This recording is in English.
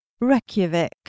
Reykjavik